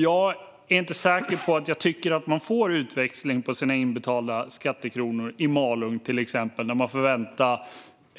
Jag är inte säker på att jag tycker att man får utväxling på sina inbetalda skattekronor i till exempel Malung, där man får vänta